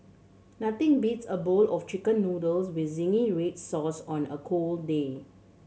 nothing beats a bowl of Chicken Noodles with zingy red sauce on a cold day